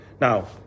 Now